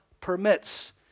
permits